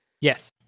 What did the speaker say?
Yes